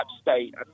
State